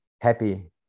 happy